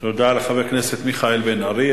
תודה לחבר הכנסת מיכאל בן-ארי.